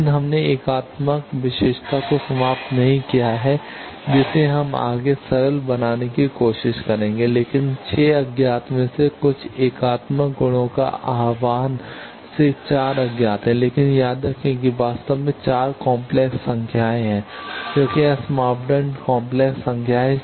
लेकिन हमने एकात्मक विशेषता को समाप्त नहीं किया है जिसे हम आगे सरल बनाने की कोशिश करेंगे लेकिन 6 अज्ञात में से कुछ एकात्मक गुणों का आह्वान से 4 अज्ञात हैं लेकिन याद रखें कि वास्तव में 4 काम्प्लेक्स संख्याएं हैं क्योंकि एस मापदंड काम्प्लेक्स संख्या हैं